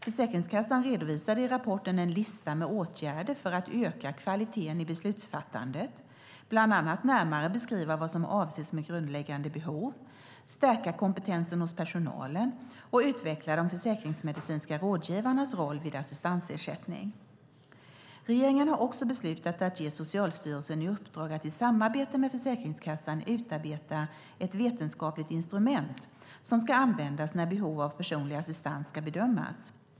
Försäkringskassan redovisade i rapporten en lista med åtgärder för att öka kvaliteten i beslutsfattandet, bland annat att närmare beskriva vad som avses med grundläggande behov, stärka kompetensen hos personalen och utveckla de försäkringsmedicinska rådgivarnas roll vid assistansersättning. Regeringen har också beslutat att ge Socialstyrelsen i uppdrag att i samarbete med Försäkringskassan utarbeta ett vetenskapligt instrument som ska användas när behov av personlig assistans ska bedömas.